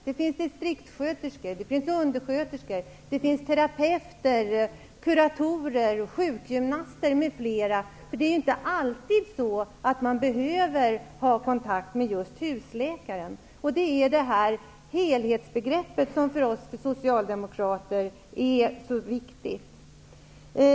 Det finns distriktssköterskor, undersköterskor, terapeuter, kuratorer, sjukgymnaster m.fl. Det är inte alltid så att man behöver ha kontakt med just husläkaren. Det är detta helhetsbegrepp som för oss socialdemokrater är så viktigt.